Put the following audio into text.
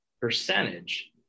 percentage